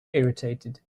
irritated